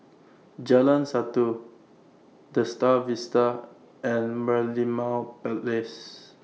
Jalan Satu The STAR Vista and Merlimau Place